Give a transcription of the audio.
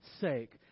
sake